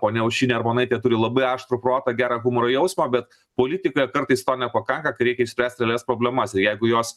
ponia aušrinė armonaitė turi labai aštrų protą gerą humoro jausmą bet politikoje kartais to nepakanka kai reikia išspręst realias problemas jeigu jos